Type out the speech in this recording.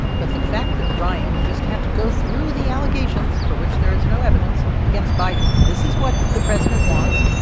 but the fact that ryan just had to go through the allegations for which there is no evidence against biden, this is what the president wants.